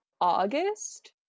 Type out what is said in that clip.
August